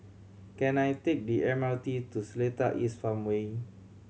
can I take the M R T to Seletar East Farmway